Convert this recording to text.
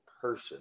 person